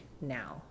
now